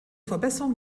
verbesserung